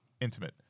Intimate